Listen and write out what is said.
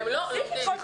הם לא לומדים.